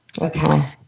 Okay